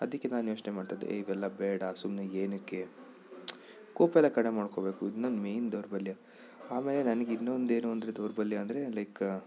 ಅದಕ್ಕೆ ನಾನು ಯೋಚನೆ ಮಾಡ್ತಿದ್ದೆ ಇವೆಲ್ಲ ಬೇಡ ಸುಮ್ಮನೆ ಏನಕ್ಕೆ ಕೋಪೆಲ್ಲ ಕಡ್ಮೆ ಮಾಡ್ಕೊಳ್ಬೇಕು ಇದು ನನ್ನ ಮೈನ್ ದೌರ್ಬಲ್ಯ ಆ ಮೇಲೆ ನನಗೆ ಇನ್ನೊಂದು ಏನೆಂದ್ರೆ ದೌರ್ಬಲ್ಯ ಅಂದರೆ ಲೈಕ್